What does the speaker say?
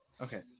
Okay